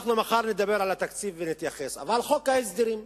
חוק ההסדרים,